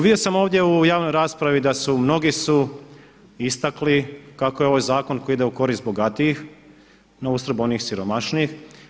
Vidio sam ovdje u javnoj raspravi da su mnogi istakli kako je ovaj zakon koji ide u korist bogatijih na uštrb onih siromašnijih.